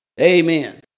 Amen